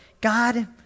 God